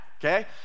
okay